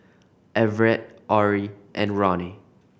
Everette Orrie and Roni